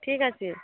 ঠিক আছে